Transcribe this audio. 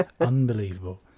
Unbelievable